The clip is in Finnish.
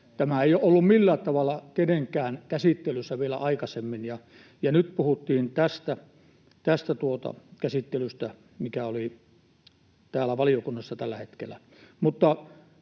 Tämä ei ole ollut millään tavalla kenenkään käsittelyssä vielä aikaisemmin, ja nyt puhuttiin tästä käsittelystä, mikä oli täällä valiokunnassa tällä hetkellä.